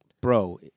Bro